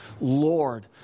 Lord